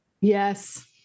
Yes